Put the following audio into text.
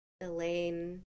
Elaine